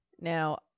Now